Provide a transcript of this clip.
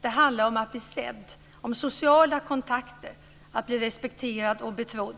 Det handlar om att bli sedd, om sociala kontakter, om att bli respekterad och betrodd.